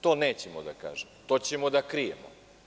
To nećemo da kažemo, to ćemo da krijemo.